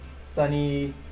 sunny